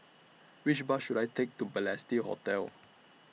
Which Bus should I Take to Balestier Hotel